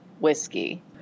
Whiskey